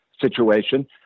Situation